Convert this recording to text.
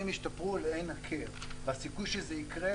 השתפרו לאין הכר והסיכוי שזה יקרה,